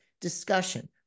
discussion